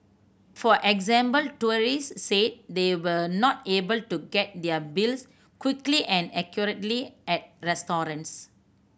for example tourists said they were not able to get their bills quickly and accurately at restaurants